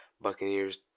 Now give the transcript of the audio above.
Buccaneers